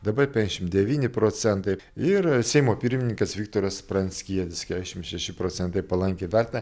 dabar penkiasdešimt devyni procentai ir seimo pirmininkas viktoras pranckietis keturiasdešimt šeši procentai palankiai vertina